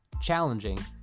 challenging